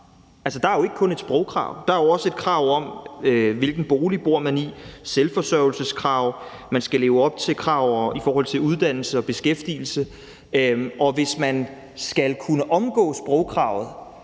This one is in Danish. Der er jo ikke kun et sprogkrav. Der er også et krav om, hvilken bolig man bor i; der er et selvforsørgelseskrav, og man skal leve op til krav i forhold til uddannelse og beskæftigelse. Hvis man skal kunne omgå sprogkravet